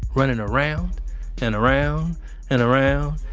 running around and around and around